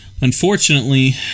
unfortunately